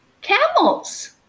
camels